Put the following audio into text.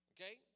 Okay